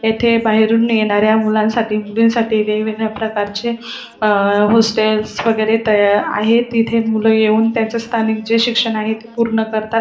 येथे बाहेरून येणाऱ्या मुलांसाठी मुलींसाठी वेगवेगळ्या प्रकारचे हॉस्टेल्स वगैरे तयार आहे तिथे मुलं येऊन त्यांचं स्थानिक जे शिक्षण आहे ते पूर्ण करतात